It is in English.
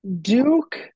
Duke